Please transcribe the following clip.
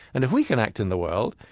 and if we can act in the world,